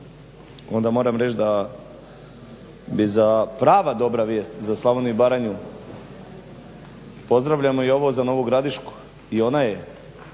onda moram reći da bi prava dobra vijest za Slavoniju i Baranju, pozdravljamo ovo i za Novu Gradišku i ona je